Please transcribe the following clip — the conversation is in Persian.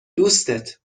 دوستت